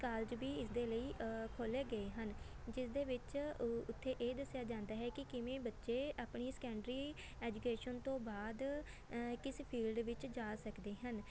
college ਵੀ ਇਸਦੇ ਲਈ ਖੋਲ੍ਹੇ ਗਏ ਹਨ ਜਿਸ ਦੇ ਵਿੱਚ ਉ ਉੱਥੇ ਇਹ ਦੱਸਿਆ ਜਾਂਦਾ ਹੈ ਕਿ ਕਿਵੇਂ ਬੱਚੇ ਆਪਣੀ ਸਕੈਂਡਰੀ ਐਜੂਕੇਸ਼ਨ ਤੋਂ ਬਾਅਦ ਕਿਸ ਫੀਲਡ ਦੇ ਵਿੱਚ ਜਾ ਸਕਦੇ ਹਨ